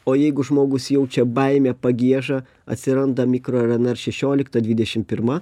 o jeigu žmogus jaučia baimę pagiežą atsiranda mikro rnr šešiolikta dvidešim pirma